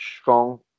strong